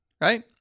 right